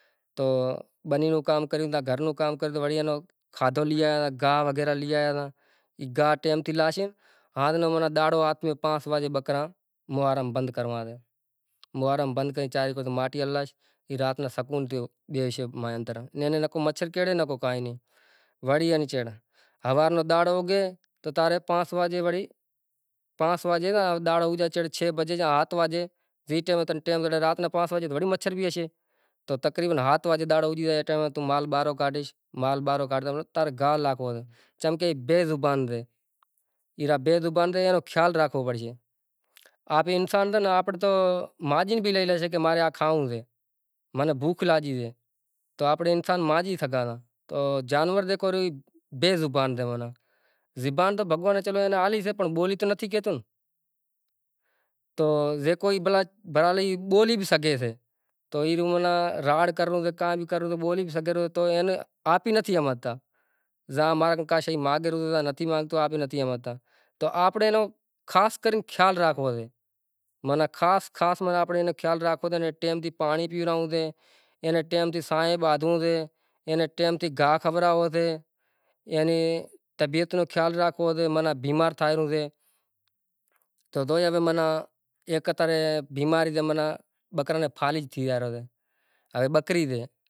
پسے ماتھے دی اتریو مطلب ویس کریو پسے ویس دھارانڑ کریو تو راونڑ کہے راونڑ کہے مطلب کولہاں ماتھے اپاڑی تو ہوائی ہتی تو مطلب شکتیوں ہتیوں آنپڑو آپ اڈتیوں، پسے لنکا میں لئے گیو مطلب اینا چھیڑے جناور ہتو مطلب راونڑ نیں کو جانور روکیوں تو تلوار ہنڑی رانونڑ تو پڑی گیو، لچھمنڑ پوسا کری تو ای لے گیا تو پسے کھوج کرتا کرتا پسے مطلب جووکر جھنگ تھی شری رامچندر ان راونڑ رے وقت راونڑ را سوکرا مرانڑا بھائی مرانڑا ہیم ری لنکا ہتی او باری